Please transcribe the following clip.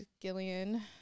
Gillian